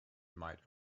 might